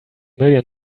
million